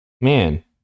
Man